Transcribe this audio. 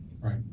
right